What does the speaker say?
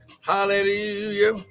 Hallelujah